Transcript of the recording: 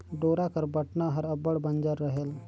डोरा कर बटना हर अब्बड़ बंजर रहेल